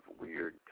weird